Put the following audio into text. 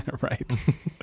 Right